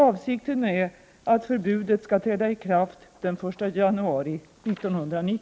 Avsikten är att förbudet skall träda i kraft den 1 januari 1990.